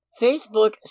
Facebook